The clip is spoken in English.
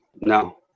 No